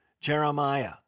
Jeremiah